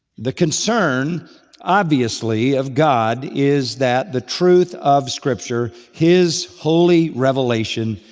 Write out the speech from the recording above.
the concern obviously of god is that the truth of scripture, his holy revelation,